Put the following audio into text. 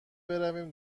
برویم